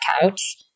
couch